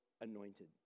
anointed